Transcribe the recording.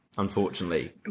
unfortunately